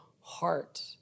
heart